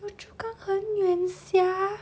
yio chu kang 很远 sia